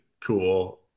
cool